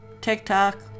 TikTok